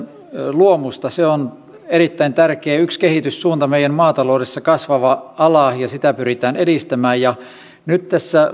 luomusta se on erittäin tärkeä ja yksi kehityssuunta meidän maataloudessa kasvava ala ja sitä pyritään edistämään nyt tässä